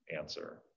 answer